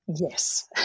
Yes